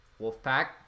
Wolfpack